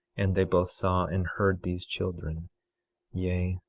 and they both saw and heard these children yea,